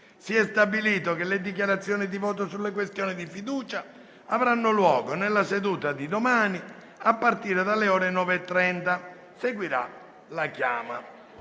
Si è stabilito che le dichiarazioni di voto sulla questione di fiducia avranno luogo nella seduta di domani, a partire dalle ore 9,30. Seguirà la chiama.